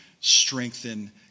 strengthen